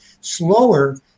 slower